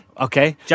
Okay